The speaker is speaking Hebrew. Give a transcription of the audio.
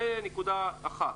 זו נקודה אחת.